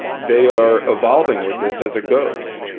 they are evolving with this as it goes.